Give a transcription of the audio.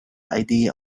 idea